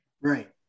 Right